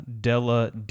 Della